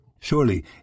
Surely